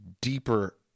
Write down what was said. deeper